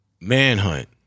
Manhunt